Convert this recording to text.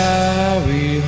Carry